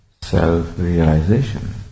Self-realization